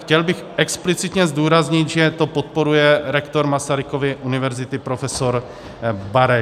Chtěl bych explicitně zdůraznit, že to podporuje rektor Masarykovy univerzity profesor Bareš.